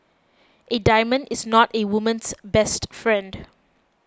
a diamond is not a woman's best friend